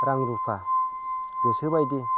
रां रुफा गोसो बायदि